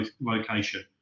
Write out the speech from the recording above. location